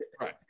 Right